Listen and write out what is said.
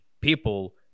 people